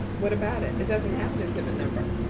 what about it, it doesn't have an exhibit number.